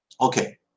Okay